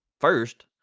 first